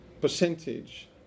percentage